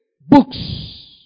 books